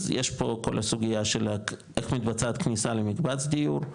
אז יש פה את כל הסוגייה של איך מתבצעת כניסה למקבץ דיור,